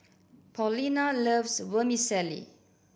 Paulina loves Vermicelli